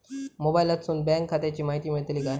मोबाईलातसून बँक खात्याची माहिती मेळतली काय?